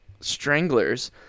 stranglers